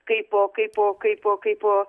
kaipo kaipo kaipo kaipo